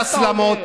מה ההצעה?